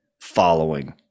following